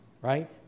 right